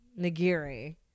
nigiri